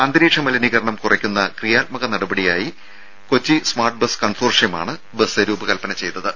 അന്തരീക്ഷ മലിനീകരണം കുറയ്ക്കുന്ന ക്രിയാത്മക നടപടിയായി കൊച്ചി സ്മാർട്ട് ബസ് കൺസോർഷ്യമാണ് ബസ് രൂപകൽപ്പന ചെയ്തത്